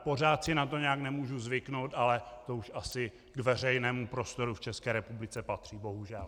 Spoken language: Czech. Pořád si na to nějak nemůžu zvyknout, ale to už asi k veřejnému prostoru v České republice patří, bohužel.